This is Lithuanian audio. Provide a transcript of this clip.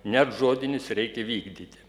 net žodinis reikia vykdyti